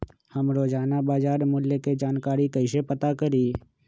हम रोजाना बाजार मूल्य के जानकारी कईसे पता करी?